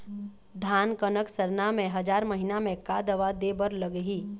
धान कनक सरना मे हजार महीना मे का दवा दे बर लगही?